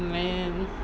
oh man